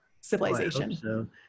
civilization